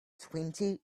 twenty